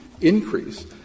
increase